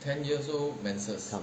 come